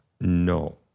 No